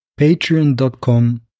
Patreon.com